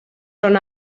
són